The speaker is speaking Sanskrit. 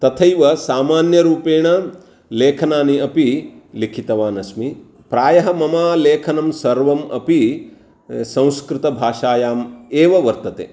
तथैव सामान्यरूपेण लेखनानि अपि लिखितवानस्मि प्रायः मम लेखनं सर्वम् अपि संस्कृतभाषायाम् एव वर्तते